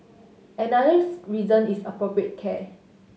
anothers reason is appropriate care